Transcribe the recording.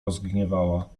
rozgniewała